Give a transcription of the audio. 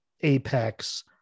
Apex